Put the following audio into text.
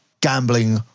gambling